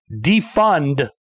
defund